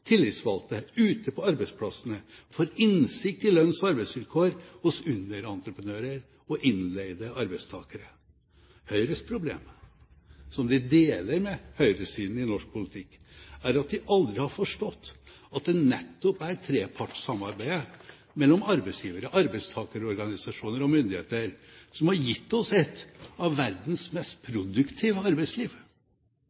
tillitsvalgte ute på arbeidsplassene får innsikt i lønns- og arbeidsvilkår hos underentreprenører og innleide arbeidstakere. Høyres problem, som de deler med høyresiden i norsk politikk, er at de aldri har forstått at det nettopp er trepartssamarbeidet mellom arbeidsgivere, arbeidstakerorganisasjoner og myndigheter som har gitt oss et av verdens mest